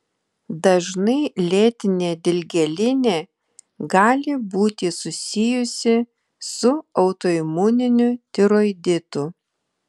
dažnai lėtinė dilgėlinė gali būti susijusi su autoimuniniu tiroiditu